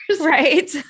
Right